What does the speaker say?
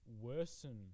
worsen